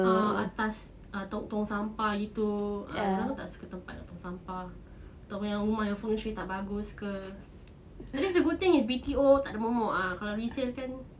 ah atas to~ tong sampah gitu ah ada orang tak suka tempat tong sampah atau rumah punya fengshui tak bagus ke yang at least the good thing is B_T_O tak ada momok ah kalau resale kan